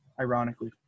ironically